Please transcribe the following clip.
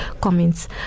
comments